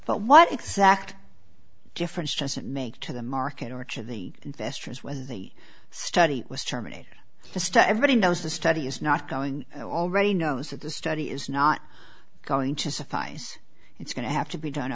but what exact difference does it make to the market or to the investors whether the study was terminated just to everybody knows the study is not going all ready knows that the study is not going to suffice it's going to have to be done